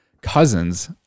cousins